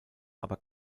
aber